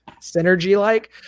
synergy-like